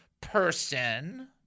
person—